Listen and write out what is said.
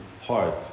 heart